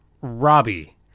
Robbie